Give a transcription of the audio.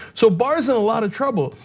so barr's in a lot of trouble.